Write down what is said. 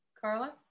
Carla